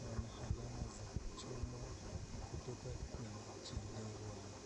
na wana alama za kuchomwa kutoka kwenye chelewa.